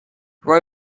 roy